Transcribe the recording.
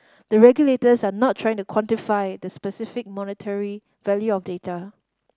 the regulators are not trying to quantify the specific monetary value of data